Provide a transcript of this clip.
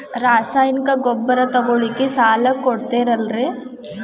ರಾಸಾಯನಿಕ ಗೊಬ್ಬರ ತಗೊಳ್ಳಿಕ್ಕೆ ಸಾಲ ಕೊಡ್ತೇರಲ್ರೇ?